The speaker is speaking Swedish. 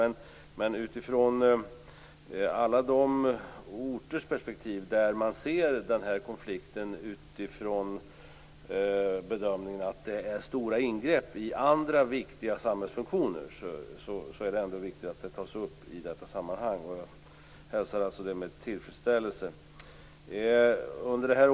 Men med tanke på alla orter där konflikten ses från utgångspunkten att det kan innebära stora ingrepp i andra viktiga samhällsfunktioner, är det ändå viktigt att frågan tas upp i detta sammanhang. Det hälsar jag med tillfredsställelse.